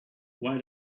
why